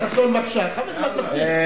לא התכוונת אליו באופן אישי,